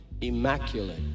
immaculate